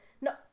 no